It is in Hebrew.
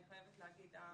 אני חייבת להגיד.